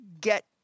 get